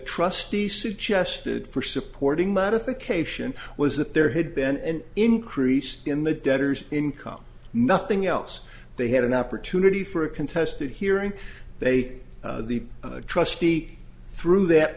trustee suggested for supporting modification was that there had been an increase in the debtors income nothing else they had an opportunity for a contested hearing they the trustee through that